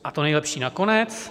A to nejlepší nakonec.